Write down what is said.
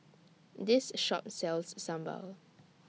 This Shop sells Sambal